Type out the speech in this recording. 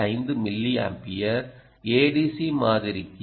5 milliampere ADC மாதிரிக்கு 6